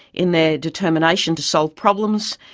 in their determination to solve problems,